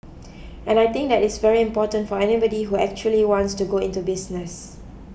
and I think that is very important for anybody who actually wants to go into business